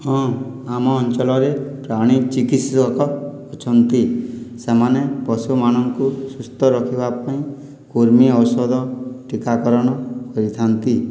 ହଁ ଆମ ଅଞ୍ଚଳରେ ପ୍ରାଣୀ ଚିକିତ୍ସକ ଅଛନ୍ତି ସେମାନେ ପଶୁମାନଙ୍କୁ ସୁସ୍ଥ ରଖିବାପାଇଁ କୃମି ଔଷଧ ଟିକାକରଣ କରିଥାନ୍ତି